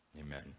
Amen